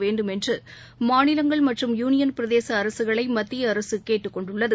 வேண்டும் என்று மாநிலங்கள் மற்றும் யூனியன் பிரதேச அரசுகளை மத்திய அரசு கேட்டுக்கொண்டுள்ளது